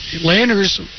Landers